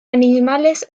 animales